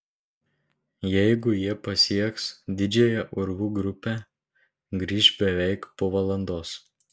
jeigu jie pasieks didžiąją urvų grupę grįš beveik po valandos